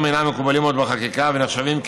אינם מקובלים עוד בחקיקה ונחשבים פוגעניים.